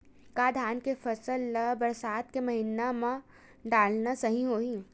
का धान के फसल ल बरसात के महिना डालना सही होही?